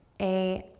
a